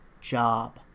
job